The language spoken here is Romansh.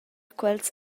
quels